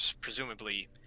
presumably